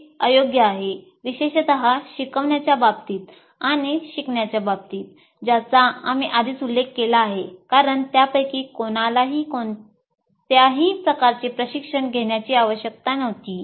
ते अयोग्य आहेत विशेषत शिकवण्याच्या बाबतीत आणि शिकण्याच्या बाबतीत ज्याचा आम्ही आधीच उल्लेख केला आहे कारण त्यापैकी कोणालाही कोणत्याही प्रकारचे प्रशिक्षण घेण्याची आवश्यकता नव्हती